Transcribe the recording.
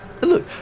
Look